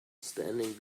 standing